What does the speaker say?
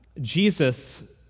Jesus